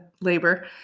labor